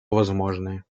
возможное